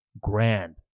grand